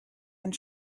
and